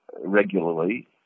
regularly